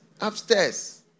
upstairs